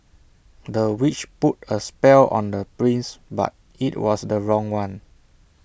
the witch put A spell on the prince but IT was the wrong one